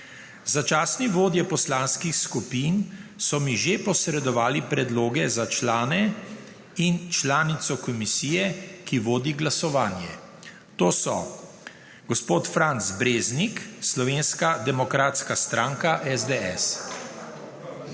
Začasni vodje poslanskih skupin so mi že posredovali predloge za člane in članico komisije, ki vodi glasovanje. To so: Franc Breznik, Slovenka demokratska stranka, SDS;